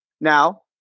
Now